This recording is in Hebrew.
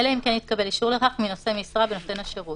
אלא אם כן התקבל אישור לכך מנושא משרה בנותן השירות,